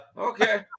Okay